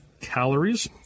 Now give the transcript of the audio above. calories